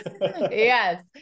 Yes